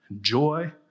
joy